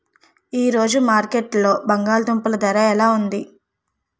ఈ రోజు మార్కెట్లో బంగాళ దుంపలు ధర ఎలా ఉంది?